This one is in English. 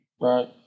Right